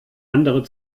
andere